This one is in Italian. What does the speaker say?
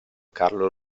carlo